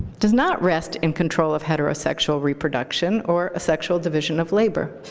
does not rest in control of heterosexual reproduction or a sexual division of labor.